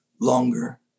longer